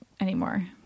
anymore